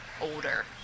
older